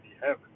Heaven